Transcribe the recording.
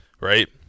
Right